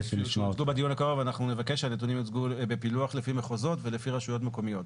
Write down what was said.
אנחנו נבקש שהנתונים יוצגו בפילוח לפי מחוזות ולפי רשויות מקומיות.